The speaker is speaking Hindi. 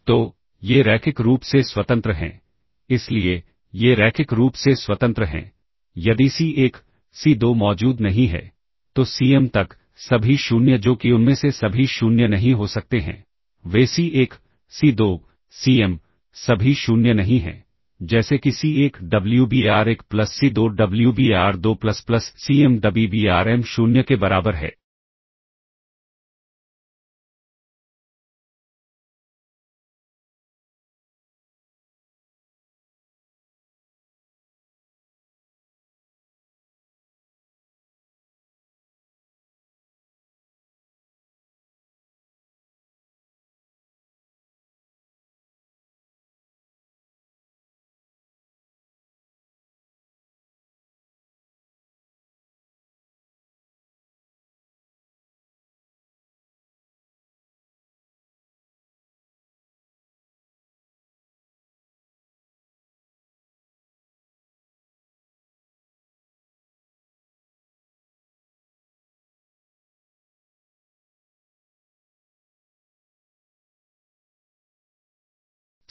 तो ये रैखिक रूप से स्वतंत्र हैं इसलिए ये रैखिक रूप से स्वतंत्र हैं यदि C1 C2 मौजूद नहीं है तो Cm तक सभी 0 जो कि उनमें से सभी 0 नहीं हो सकते हैं वे C1 C2 Cm सभी 0 नहीं हैं जैसे कि C1 Wbar1 plus C2 Wbar2 plus plus Cm Wbarm 0 के बराबर है